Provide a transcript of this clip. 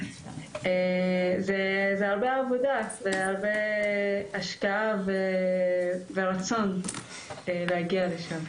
זו הרבה עבודה, השקעה ורצון להגיע לשם.